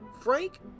Frank